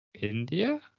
India